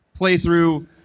playthrough